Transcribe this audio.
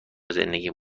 زندگیم